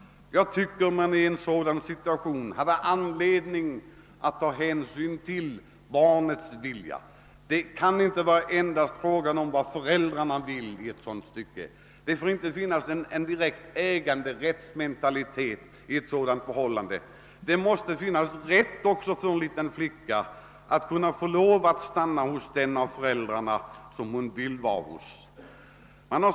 Jag tycker att man i en sådan situation har anledning att ta hänsyn till barnets vilja, ty enbart föräldrarnas önskningar kan inte vara helt avgörande, och det får inte bli fråga om en direkt äganderättsmentalitet. Det måste också finnas rätt för en liten flicka att stanna hos den av föräldrarna som hon vill vara tillsammans med.